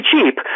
cheap